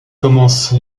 commence